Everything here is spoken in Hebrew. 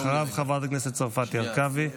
אחריו, חברת הכנסת צרפתי הרכבי.